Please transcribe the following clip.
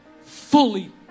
fully